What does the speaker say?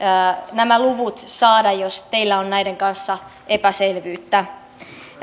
nämä luvut saada jos teillä on näiden kanssa epäselvyyttä